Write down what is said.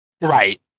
Right